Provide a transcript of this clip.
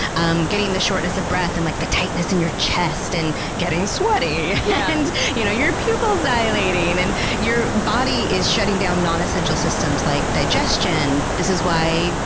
um getting the shortness of breath and like the tightness in your chest and getting sweaty yeah and you know your pupils dilating, and your body is shutting down non-essential systems like digestion. this is why,